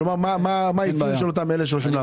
כלומר, את האפיון של אלה שיופרשו.